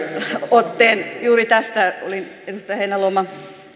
otteen juuri tähän olin edustaja heinäluoma